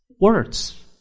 words